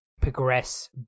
progress